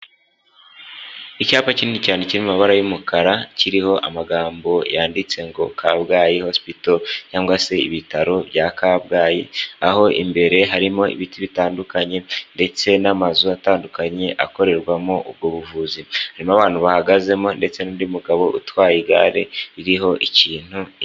Icyapa kinini cyane kiri mu mabara y'umukara, kiriho amagambo yanditse ngo Kabgayi hospital cyangwa se ibitaro bya Kabgayi, aho imbere harimo ibiti bitandukanye ndetse n'amazu atandukanye akorerwamo ubwo buvuzi, harimo abantu bahagazemo ndetse n'undi mugabo utwaye igare iriho ikintu.